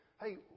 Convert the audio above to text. hey